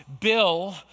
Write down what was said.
Bill